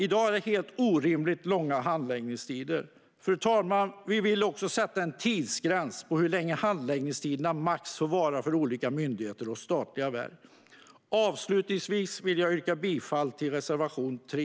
I dag är det helt orimligt långa handläggningstider. Fru talman! Vi vill också sätta en tidsgräns när det gäller hur långa handläggningstiderna maximalt får vara för olika myndigheter och statliga verk. Avslutningsvis yrkar jag bifall till reservation 3.